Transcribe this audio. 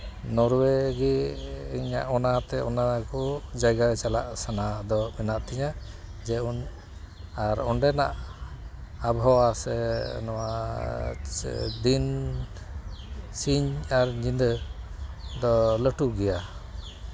ᱱᱚᱨᱳᱭᱮ ᱜᱮ ᱤᱧᱟᱜ ᱚᱱᱟᱛᱮ ᱚᱱᱟᱠᱚ ᱡᱟᱭᱜᱟ ᱪᱟᱞᱟᱜ ᱥᱟᱱᱟ ᱫᱚ ᱢᱮᱱᱟᱜ ᱛᱤᱧᱟ ᱡᱮ ᱩᱱ ᱚᱸᱰᱮᱱᱟᱜ ᱟᱵᱚᱦᱟᱣᱟ ᱥᱮ ᱱᱚᱣᱟ ᱫᱤᱱ ᱥᱤᱧ ᱟᱨ ᱧᱤᱫᱟᱹ ᱫᱚ ᱞᱟᱹᱴᱩ ᱜᱮᱭᱟ